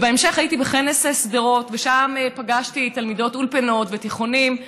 ובהמשך הייתי בכנס שדרות ושם פגשתי תלמידות אולפנות ותיכונים,